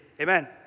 amen